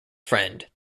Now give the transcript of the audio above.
friend